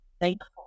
thankful